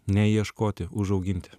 neieškoti užauginti